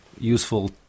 useful